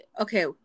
okay